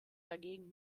dagegen